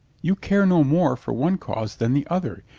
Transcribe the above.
you care no more for one cause than the other.